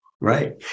Right